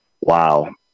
wow